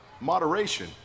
moderation